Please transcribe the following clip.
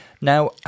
Now